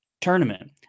tournament